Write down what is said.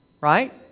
Right